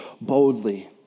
boldly